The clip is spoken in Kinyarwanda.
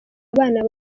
abana